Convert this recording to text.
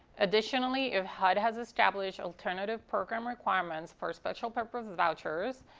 additionally, if hud has established alternative program requirements for special purpose vouchers,